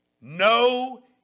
No